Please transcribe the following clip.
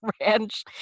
Ranch